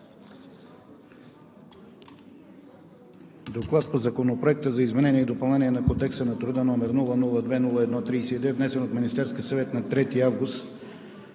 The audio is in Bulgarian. относно Законопроект за изменение и допълнение на Кодекса на труда, № 002-01-32, внесен от Министерския съвет на 3 август